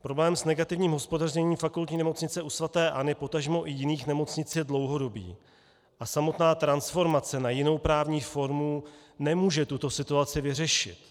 Problém s negativním hospodařením Fakultní nemocnice u svaté Anny, potažmo i jiných nemocnic, je dlouhodobý a samotná transformace na jinou právní formu nemůže tuto situaci vyřešit.